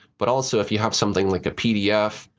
but also if you have something like a pdf,